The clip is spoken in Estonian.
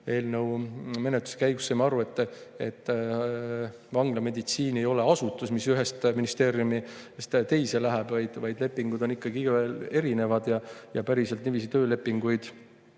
eelnõu menetluse käigus aru, et vanglameditsiin ei ole asutus, mis ühest ministeeriumist teise läheb, vaid lepingud on ikkagi igaühel erinevad ja päriselt niiviisi töölepinguid